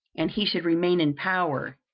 and he should remain in power,